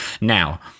Now